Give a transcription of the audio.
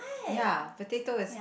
ya potato is